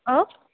आं